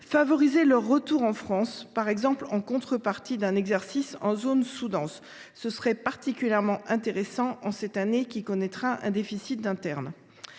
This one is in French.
favoriser leur retour en France, par exemple en contrepartie d’un exercice en zone sous dense ? Ce serait particulièrement intéressant en cette année qui connaîtra un déficit d’internes…